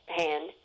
hand